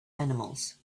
animals